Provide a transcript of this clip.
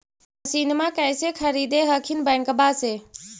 मसिनमा कैसे खरीदे हखिन बैंकबा से?